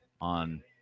on